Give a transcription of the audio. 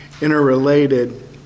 interrelated